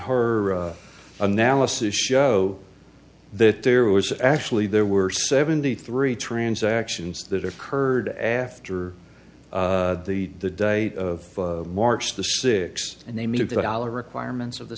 her analysis show that there was actually there were seventy three transactions that occurred after the the date of march the six and they made the dollar requirements of the